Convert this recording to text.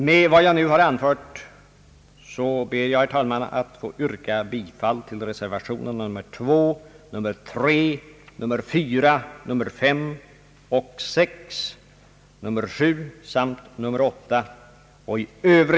Med vad jag nu anfört ber jag, herr